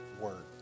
word